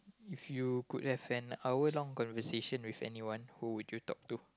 if you could have an hour long conversation with anyone who would you talk to